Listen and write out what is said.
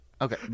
Okay